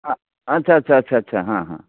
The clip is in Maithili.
आ अच्छा अच्छा अच्छा अच्छा हँ हँ